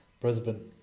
Brisbane